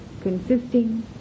consisting